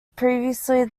previously